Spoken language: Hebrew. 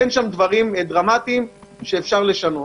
אין שם דברים דרמטיים שאפשר לשנות.